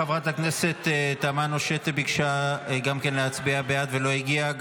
חברת הכנסת תמנו שֵטֵה ביקשה גם כן להצביע בעד ולא הגיעה.